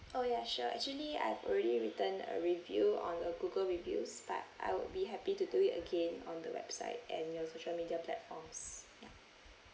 oh yeah sure actually I've already written a review on a google reviews but I would be happy to do it again on the website and your social media platforms ya